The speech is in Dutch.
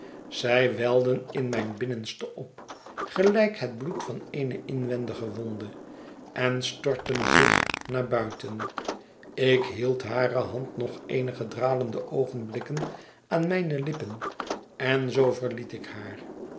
zij welden in mijn binnenste op gelijk het bloed van eene inwendige wonde en stortten zich naar buiten ik hield hare hand nog eenige dralende oogenblikken aan mijne lippen en zoo verliet ik haar